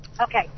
Okay